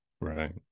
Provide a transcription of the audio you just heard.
right